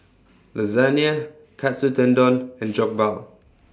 Lasagne Katsu Tendon and Jokbal